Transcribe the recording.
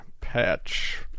patch